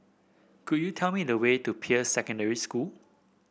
could you tell me the way to Peirce Secondary School